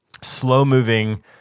Slow-moving